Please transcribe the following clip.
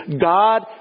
God